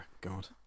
god